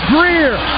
Greer